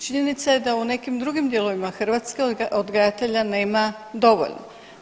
Činjenica je da u nekim drugim dijelovima Hrvatske odgajatelja nema dovoljno.